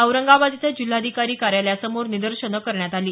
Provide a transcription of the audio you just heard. औरंगाबाद इथं जिल्हाधिकारी कार्यालयासमोर निदर्शनं करण्यात आली